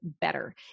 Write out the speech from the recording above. better